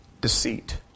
deceit